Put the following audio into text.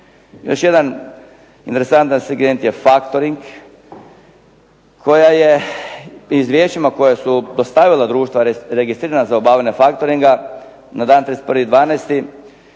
Još jedan interesantan segment je faktoring koja je u izvješćima koja su dostavila društva registrirana za obavljanje faktoringa na dan 31.12.